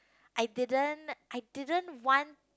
I didn't I didn't want